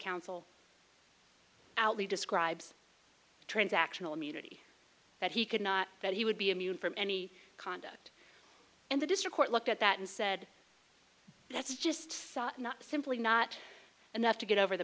counsel out he describes transactional immunity that he could not that he would be immune from any conduct and the district court looked at that and said that's just not simply not enough to get over the